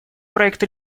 проект